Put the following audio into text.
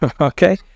okay